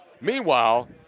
Meanwhile